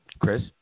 Chris